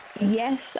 Yes